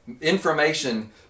Information